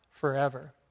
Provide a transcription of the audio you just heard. forever